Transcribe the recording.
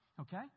Okay